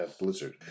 blizzard